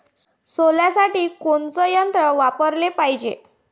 सोल्यासाठी कोनचं यंत्र वापराले पायजे?